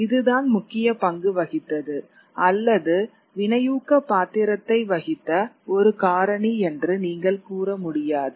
இதுதான் முக்கிய பங்கு வகித்தது அல்லது வினையூக்க பாத்திரத்தை வகித்த ஒரு காரணி என்று நீங்கள் கூற முடியாது